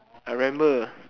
I remember